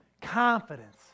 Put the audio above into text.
Confidence